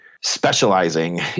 specializing